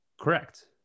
Correct